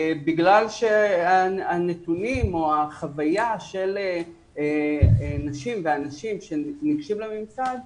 בגלל שהנתונים או החוויה של נשים ואנשים שניגשים לממסד